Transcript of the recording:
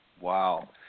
Wow